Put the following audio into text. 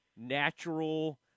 natural